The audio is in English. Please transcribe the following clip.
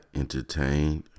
entertained